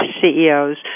CEOs